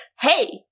hey